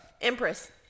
Empress